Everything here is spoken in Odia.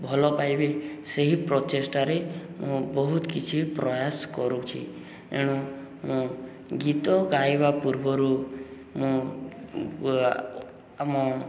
ଭଲ ପାଇବେ ସେହି ପ୍ରଚେଷ୍ଟାରେ ମୁଁ ବହୁତ କିଛି ପ୍ରୟାସ କରୁଛି ଏଣୁ ମୁଁ ଗୀତ ଗାଇବା ପୂର୍ବରୁ ମୁଁ ଆମ